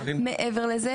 מעבר לזה,